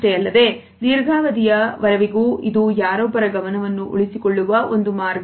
ಅಷ್ಟೇ ಅಲ್ಲದೆ ದೀರ್ಘಾವಧಿಯ ವರೆವಿಗೂ ಇದು ಯಾರೊಬ್ಬರ ಗಮನವನ್ನು ಉಳಿಸಿಕೊಳ್ಳುವ ಒಂದು ಮಾರ್ಗ